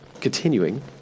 continuing